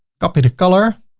copy the color,